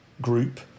group